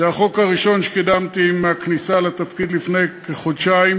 זה החוק הראשון שקידמתי עם הכניסה לתפקיד לפני כחודשיים,